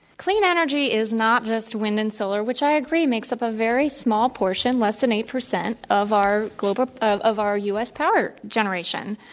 clean energy is not just wind and solar, which i agree makes up a very small portion, less than eight percent, of our global, of of our u. s. power generation.